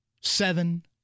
Seven